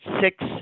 six